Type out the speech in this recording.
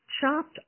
chopped